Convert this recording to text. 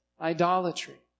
idolatry